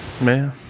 man